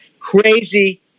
crazy